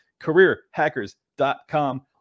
careerhackers.com